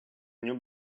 new